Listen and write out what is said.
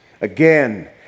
Again